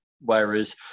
Whereas